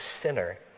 sinner